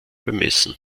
bemessen